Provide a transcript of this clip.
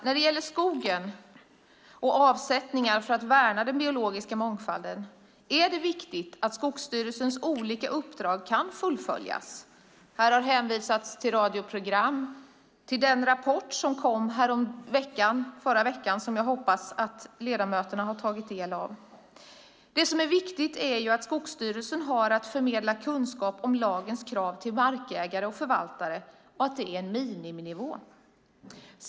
När det gäller skogen och avsättningar för att värna den biologiska mångfalden är det viktigt att Skogsstyrelsens olika uppdrag kan fullföljas. Här har hänvisats till radioprogram och till den rapport som kom förra veckan, som jag hoppas att ledamöterna har tagit del av. Skogsstyrelsen har att förmedla kunskap om lagens krav till markägare och förvaltare och om att det gäller en miniminivå.